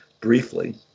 briefly